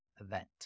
event